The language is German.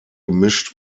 gemischt